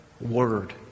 word